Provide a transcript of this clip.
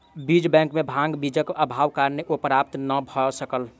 बीज बैंक में भांग बीजक अभावक कारणेँ ओ प्राप्त नै भअ सकल